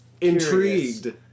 Intrigued